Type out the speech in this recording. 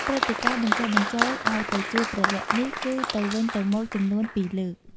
ព្រឹត្តិការណ៍បញ្ចុះបញ្ចូលឱ្យទៅជួបព្រះលក្សណ៍នេះគឺទៅវិញទៅមកចំនួន ពីរលើក។